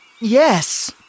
Yes